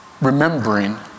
remembering